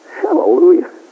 Hallelujah